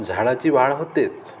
झाडाची वाढ होतेच